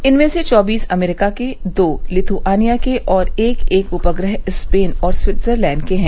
इनमें से चौबीस अमरीका के दो लिथ्रआनिया के और एक एक उपग्रह स्पेन और स्विटजरलैंड के हैं